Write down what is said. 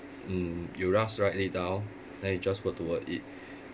mm you just write it down then you just work toward it